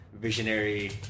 visionary